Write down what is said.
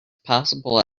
possible